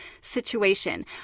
situation